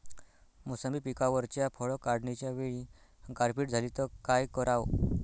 मोसंबी पिकावरच्या फळं काढनीच्या वेळी गारपीट झाली त काय कराव?